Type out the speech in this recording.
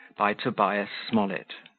by tobias smollett